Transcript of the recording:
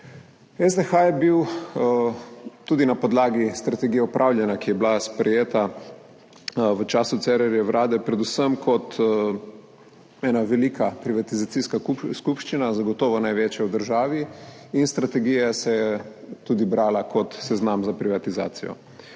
SDH je bil tudi na podlagi strategije upravljanja, ki je bila sprejeta v času Cerarjeve vlade, predvsem kot ena velika privatizacijska skupščina, zagotovo največja v državi, in strategija se je tudi brala kot seznam za privatizacijo.